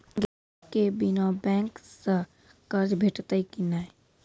गिरवी के बिना बैंक सऽ कर्ज भेटतै की नै?